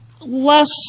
less